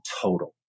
total